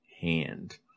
hand